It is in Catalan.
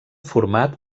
format